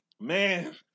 Man